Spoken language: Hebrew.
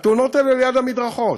התאונות האלה ליד המדרכות: